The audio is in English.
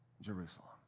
Jerusalem